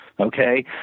Okay